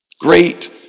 Great